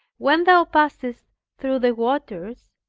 when thou passest through the waters,